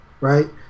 right